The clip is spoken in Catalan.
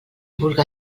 vulga